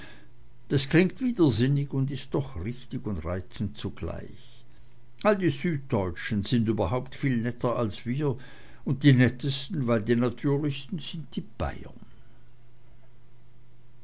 das klingt widersinnig und ist doch richtig und reizend zugleich all die süddeutschen sind überhaupt viel netter als wir und die nettesten weil die natürlichsten sind die bayern